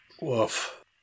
Woof